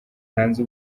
hanze